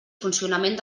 funcionament